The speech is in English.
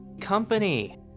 company